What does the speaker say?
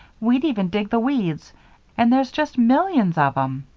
we'd even dig the weeds and there's just millions of em.